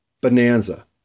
Bonanza